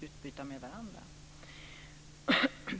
utbyta sådana erfarenheter med varandra.